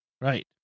Right